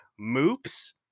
moops